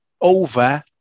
over